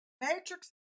matrix